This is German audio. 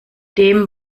dem